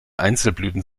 einzelblüten